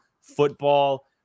football